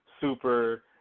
super